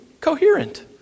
coherent